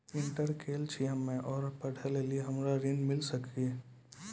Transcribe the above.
Inter केल छी हम्मे और पढ़े लेली हमरा ऋण मिल सकाई?